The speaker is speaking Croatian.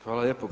Hvala lijepo.